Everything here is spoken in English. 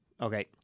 Okay